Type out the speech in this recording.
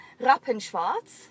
Rappenschwarz